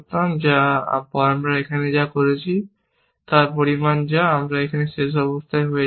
যা আমরা এখানে যা করেছি তার পরিমাণ যা এবং আমি সেই অবস্থায় শেষ হয়ে যেতাম